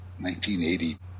1980